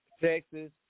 Texas